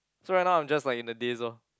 so right now I'm just like in the daze orh